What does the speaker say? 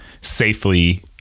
safely